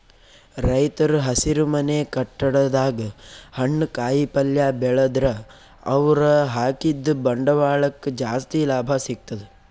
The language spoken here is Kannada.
ರೈತರ್ ಹಸಿರುಮನೆ ಕಟ್ಟಡದಾಗ್ ಹಣ್ಣ್ ಕಾಯಿಪಲ್ಯ ಬೆಳದ್ರ್ ಅವ್ರ ಹಾಕಿದ್ದ ಬಂಡವಾಳಕ್ಕ್ ಜಾಸ್ತಿ ಲಾಭ ಸಿಗ್ತದ್